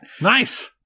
Nice